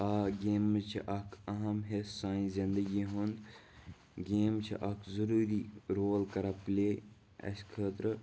آ گیمٕز چھِ اَکھ اہم حِصہٕ سٲنۍ زندگی ہُنٛد گیم چھِ اَکھ ضٔروٗری رول کَران پٕلے اَسہِ خٲطرٕ